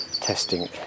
testing